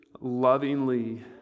lovingly